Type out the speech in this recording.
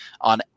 on